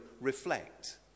reflect